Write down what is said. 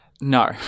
No